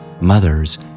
Mothers